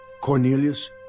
Cornelius